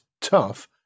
tough